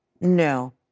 no